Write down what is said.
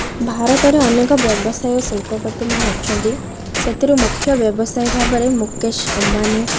ଭାରତରେ ଅନେକ ବ୍ୟବସାୟ ଶିଳ୍ପପତିମାନେ ଅଛନ୍ତି ସେଥିରୁ ମୁଖ୍ୟ ବ୍ୟବସାୟୀ ଭାବରେ ମୁକେଶ ଅମ୍ବାନୀ